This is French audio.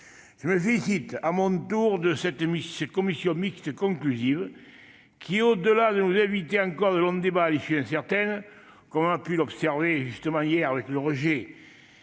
Je me félicite à mon tour de cet accord en commission mixte paritaire, qui, au-delà de nous éviter encore de longs débats à l'issue incertaine, comme on a pu l'observer hier avec le rejet,